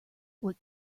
what